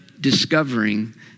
discovering